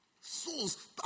Souls